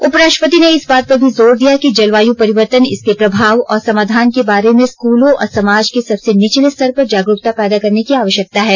उपराष्ट्रपति ने इस बात पर भी जोर दिया कि जलवायु परिवर्तन इसके प्रभाव और समाधान के बारे में स्कूलों और समाज के सबसे निचले स्तर पर जागरूकता पैदा करने की आवश्यकता है